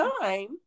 time